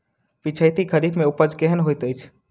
पिछैती खरीफ मे उपज केहन होइत अछि?